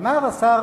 אמר השר